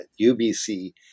UBC